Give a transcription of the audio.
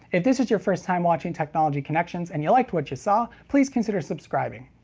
if this is your first time watching technology connections and you liked what you saw, please consider subscribing.